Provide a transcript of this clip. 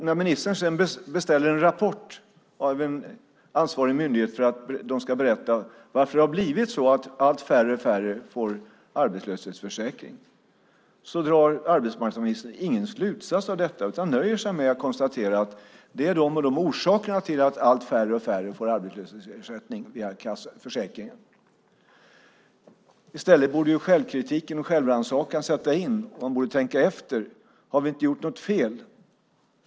När ministern sedan beställer en rapport av en ansvarig myndighet för att berätta varför det har blivit så att allt färre får ersättning från arbetslöshetsförsäkringen drar arbetsmarknadsministern ingen slutsats av detta, utan han nöjer sig med att konstatera att det är de och de orsakerna till att allt färre får ersättning från arbetslöshetsförsäkringen. I stället borde självkritiken och självrannsakan sätta in, och man borde tänka efter om man har gjort fel.